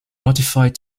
modified